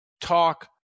talk